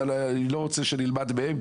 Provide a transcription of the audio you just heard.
אני לא רוצה שנלמד מהם,